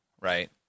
right